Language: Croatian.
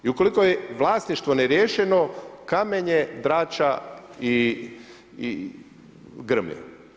I ukoliko je vlasništvo neriješeno, kameno, drača i grmlje.